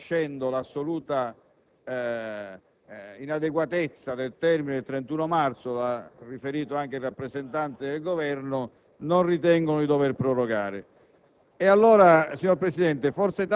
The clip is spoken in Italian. il relatore e il Governo, pur riconoscendo l'assoluta inadeguatezza del termine del 31 marzo 2008 (l'ha riferito anche il rappresentante del Governo), non ritengono di dover prorogare